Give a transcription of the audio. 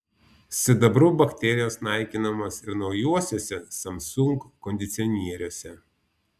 sidabru bakterijos naikinamos ir naujuosiuose samsung kondicionieriuose